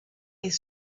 est